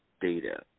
data